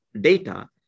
data